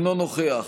אינו נוכח